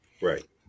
Right